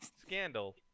scandal